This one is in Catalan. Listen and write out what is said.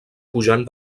pujant